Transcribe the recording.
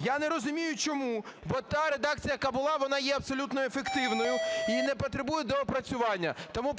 Я не розумію, чому, бо та редакція, яка була, вона є абсолютно ефективною і не потребує доопрацювання. Тому